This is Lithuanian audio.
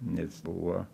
nes buvo